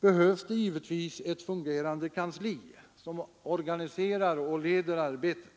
behövs det ett fungerande kansli som organiserar och leder arbetet.